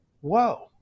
Whoa